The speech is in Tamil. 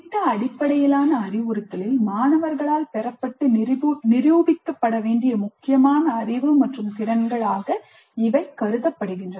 திட்ட அடிப்படையிலான அறிவுறுத்தலில் மாணவர்களால் பெறப்பட்டு நிரூபிக்கப்பட வேண்டிய முக்கியமான அறிவு மற்றும் திறன்கள் ஆக இவை கருதப்படுகின்றன